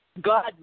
God